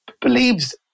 believes